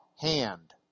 hand